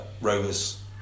Rovers